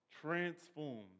transformed